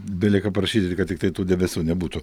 belieka prašyti kad tiktai tų debesų nebūtų